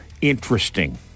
interesting